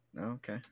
Okay